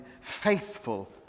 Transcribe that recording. faithful